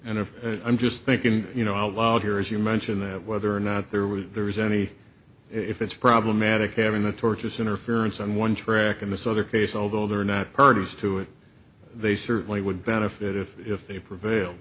and if i'm just thinking you know out loud here as you mentioned that whether or not there was there is any if it's problematic having the torturous interference on one track in this other case although they're not heard of to it they certainly would benefit if they prevail